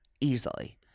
easily